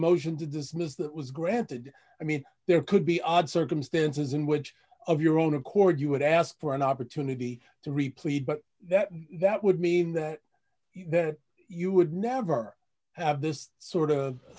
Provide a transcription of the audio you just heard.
motion to dismiss that was granted i mean there could be odd circumstances in which of your own accord you would ask for an opportunity to replete but that that would mean that you would never have this sort of